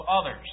others